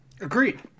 Agreed